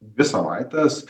dvi savaites